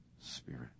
Spirit